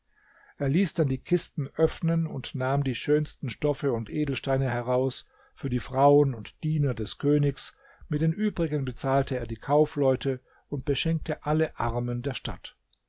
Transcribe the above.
er ließ dann die kisten öffnen und nahm die schönsten stoffe und edelsteine heraus für die frauen und diener des königs mit den übrigen bezahlte er die kaufleute und beschenkte alle armen der stadt